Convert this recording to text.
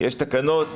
יש תקנות,